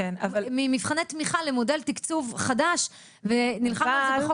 ממבחני תמיכה למודל תקצוב חדש ונלחמנו על זה בחוק